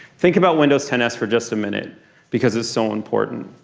think about windows ten s for just a minute because it's so important.